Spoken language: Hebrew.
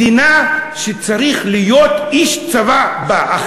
של מדינה שצריך להיות איש צבא בה.